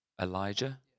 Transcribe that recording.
Elijah